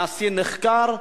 נשיא נחקר,